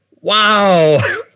Wow